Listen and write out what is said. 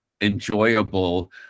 enjoyable